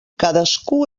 cadascú